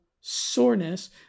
soreness